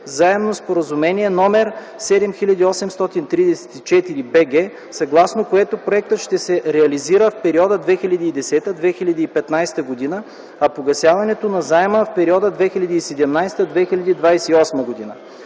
Заемно споразумение № 7834 – БГ, съгласно което проектът ще се реализира в периода 2010-2015 г., а погасяването на заема – в периода 2017-2028 г.